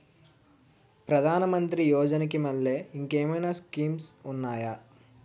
ప్రధాన మంత్రి యోజన కి మల్లె ఇంకేమైనా స్కీమ్స్ ఉన్నాయా?